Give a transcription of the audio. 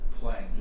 Playing